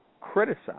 criticize